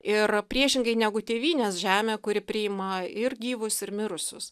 ir priešingai negu tėvynės žemė kuri priima ir gyvus ir mirusius